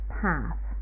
path